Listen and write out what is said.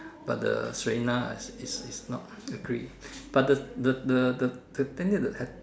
but the Serena is is not agree but the the the thing that